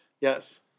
Yes